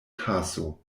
taso